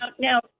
Now